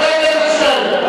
חבר הכנסת שנלר,